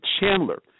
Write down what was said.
Chandler